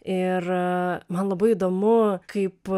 ir man labai įdomu kaip